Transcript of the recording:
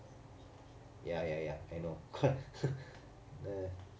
ya ya ya I know